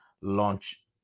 launch